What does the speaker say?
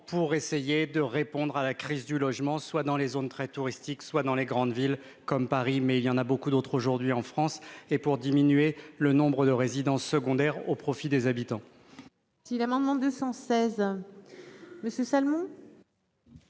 nous tentons de répondre à la crise du logement dans les zones très touristiques et dans les grandes villes- comme Paris, mais il y en a beaucoup d'autres aujourd'hui en France -, en diminuant le nombre de résidences secondaires au profit des habitants. L'amendement n° 216, présenté